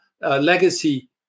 legacy